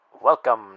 Welcome